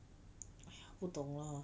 !aiya! 不懂 lah